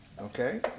Okay